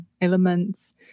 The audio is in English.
elements